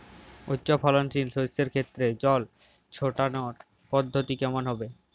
উচ্চফলনশীল শস্যের ক্ষেত্রে জল ছেটানোর পদ্ধতিটি কমন হবে?